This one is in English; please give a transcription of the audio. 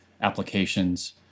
applications